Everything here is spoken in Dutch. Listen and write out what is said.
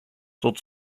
tot